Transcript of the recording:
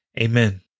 Amen